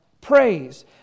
praise